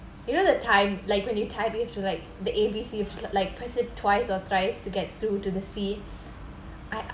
you know that time like when you type you have to like the a b c you have to like press it twice or thrice to get through to the c